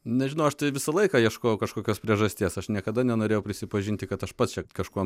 nežinau aš tai visą laiką ieškojau kažkokios priežasties aš niekada nenorėjau prisipažinti kad aš pats čia kažkuom